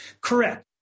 Correct